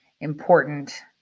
important